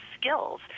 skills